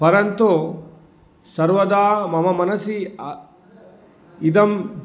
परन्तु सर्वदा मम मनसि इदं